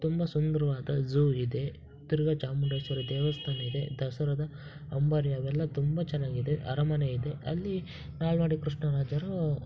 ತುಂಬ ಸುಂದರವಾದ ಝೂ ಇದೆ ತಿರ್ಗಾ ಚಾಮುಂಡೇಶ್ವರಿ ದೇವಸ್ಥಾನ ಇದೆ ದಸರಾದ ಅಂಬಾರಿ ಅವೆಲ್ಲ ತುಂಬ ಚೆನ್ನಾಗಿದೆ ಅರಮನೆ ಇದೆ ಅಲ್ಲಿ ನಾಲ್ವಡಿ ಕೃಷ್ಣರಾಜರು